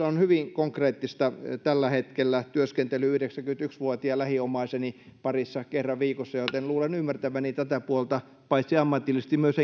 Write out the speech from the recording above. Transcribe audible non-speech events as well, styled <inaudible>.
<unintelligible> on hyvin konkreettista tällä hetkellä työskentely yhdeksänkymmentäyksi vuotiaan lähiomaiseni parissa kerran viikossa joten luulen ymmärtäväni tätä puolta paitsi ammatillisesti myös <unintelligible>